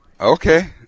Okay